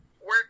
work